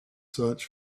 search